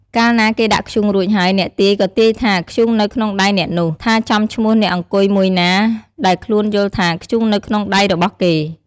កាលណាគេដាក់ធ្យូងរួចហើយ អ្នកទាយ ក៏ទាយថា ធ្យូងនៅក្នុងដៃអ្នកនេះ ថាចំឈ្មោះអ្នកអង្គុយមួយណា ដែលខ្លួនយល់ថាធ្យូងនៅក្នុងដៃរបស់គេ។